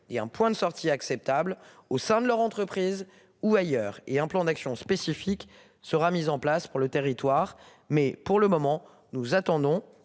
et un point de sortie acceptable au sein de leur entreprise ou ailleurs et un plan d'action spécifique sera mis en place pour le territoire. Mais pour le moment, nous attendons